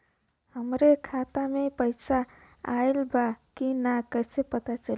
हमरे खाता में पैसा ऑइल बा कि ना कैसे पता चली?